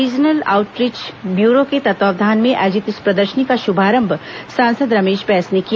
regional outreach bureau तत्वाधान में आयोजित इस प्रदर्शनी का श्भारंभ सांसद रमेश बैस ने किया